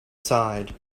side